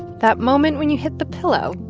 that moment when you hit the pillow